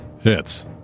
hits